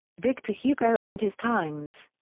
victor hugo and his times.